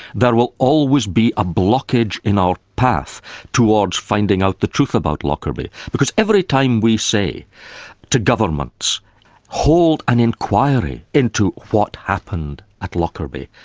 there will always be a blockage in our path towards finding out the truth about lockerbie, because every time we say to governments hold an inquiry into what happened at lockerbie,